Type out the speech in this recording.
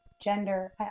gender